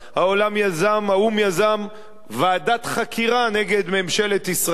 האו"ם יזם ועדת חקירה נגד ממשלת ישראל,